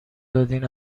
دادین